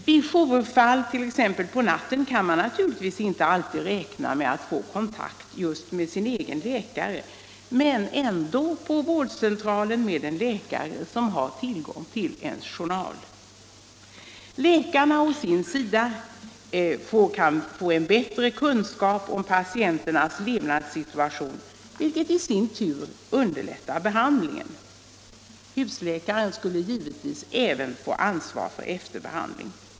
Vid jourfall t.ex. på natten kan man visserligen inte alltid räkna med att få kontakt med just sin egen läkare men ändå med en läkare på vårdcentralen, som har tillgång till ens journal. Läkarna kan å sin sida få en bättre kunskap om patienternas levnadssituation, vilket i sin tur underlättar behandlingen. Husläkaren skulle givetvis även få ansvar för efterbehandling.